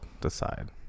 decide